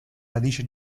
radice